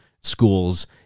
schools